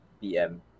PM